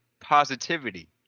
positivity